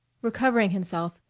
recovering himself,